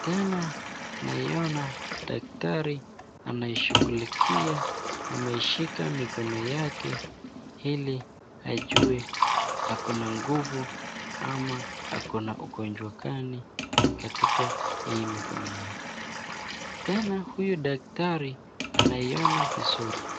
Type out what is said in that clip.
,tena naiona daktari anayeshughulikia ameshika mikono yake ili ajue aki na nguvu ama ako na ugonjwa gani katika hii mikono yake, tena huyu daktari anaiona vizuri.